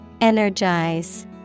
energize